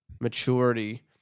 maturity